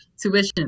tuition